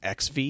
XV